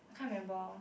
can't remember